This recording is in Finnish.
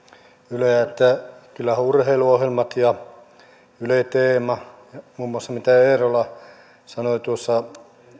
yleä kyllähän muun muassa urheiluohjelmat ja yle teema mitä eerola sanoi tuossa